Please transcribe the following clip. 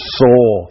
soul